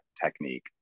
technique